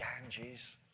Ganges